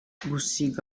gusiga